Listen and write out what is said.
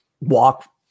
walk